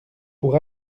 pour